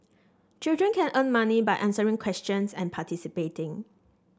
children can earn money by answering questions and participating